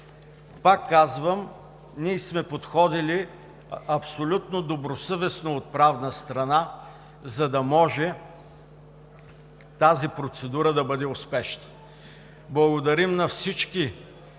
Пак казвам, ние сме подходили абсолютно добросъвестно от правна страна, за да може тази процедура да бъде успешна. Благодарим на всички